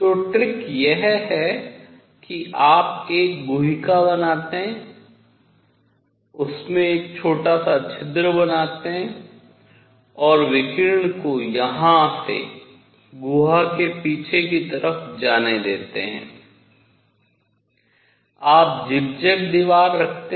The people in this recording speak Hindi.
तो युक्ति यह है कि आप एक गुहिका बनाते हैं उसमें एक छोटा सा छिद्र बनाते हैं और विकिरण को यहां से गुहा के पीछे की तरफ जाने देते हैं आप टेढ़े टेढ़े दीवार रखतें हैं